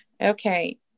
Okay